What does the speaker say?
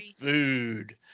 food